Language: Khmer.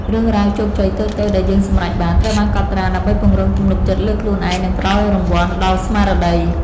រឿងរ៉ាវជោគជ័យតូចៗដែលយើងសម្រេចបាន ត្រូវបានកត់ត្រាដើម្បីពង្រឹងទំនុកចិត្តលើខ្លួនឯង និងផ្ដល់រង្វាន់ដល់ស្មារតី។